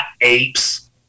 apes